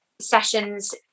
sessions